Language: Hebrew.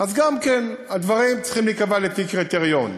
אז גם כן, הדברים צריכים להיקבע לפי קריטריון.